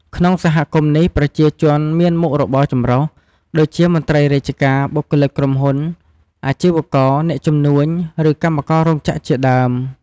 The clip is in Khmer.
ក្នុងសហគមន៍នេះ ប្រជាជនមានមុខរបរចម្រុះ ដូចជាមន្ត្រីរាជការ បុគ្គលិកក្រុមហ៊ុន អាជីវករ អ្នកជំនួញ ឬកម្មកររោងចក្រជាដើម។